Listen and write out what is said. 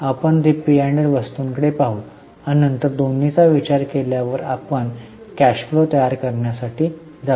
आपण पी आणि एल वस्तूंकडे पाहू आणि नंतर दोन्हीचा विचार केल्यावर आपण कॅश फ्लो तयार करण्यासाठी जाऊ